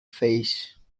face